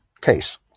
case